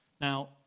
Now